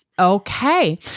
Okay